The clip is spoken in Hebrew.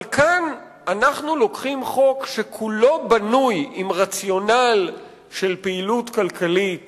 אבל כאן אנחנו לוקחים חוק שכולו בנוי עם רציונל של פעילות כלכלית